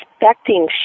expecting